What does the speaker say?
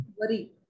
Worry